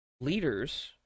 leaders